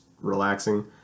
relaxing